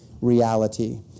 reality